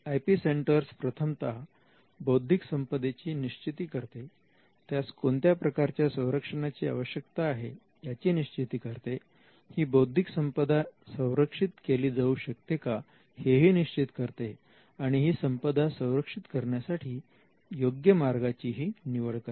I P centres प्रथमता बौध्दिक संपदेचे निश्चिती करते त्यास कोणत्या प्रकारच्या संरक्षणाची आवश्यकता आहे याची निश्चिती करते ही बौद्धिक संपदा संरक्षित केली जाऊ शकते का हे ही निश्चित करते आणि ही संपदा संरक्षित करण्यासाठी योग्य मार्गाची ही निवड करते